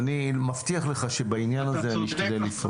אני מבטיח לך שבעניין הזה אשתדל לפעול.